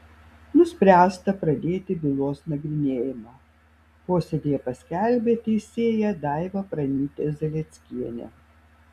nuspręsta pradėti bylos nagrinėjimą posėdyje paskelbė teisėja daiva pranytė zalieckienė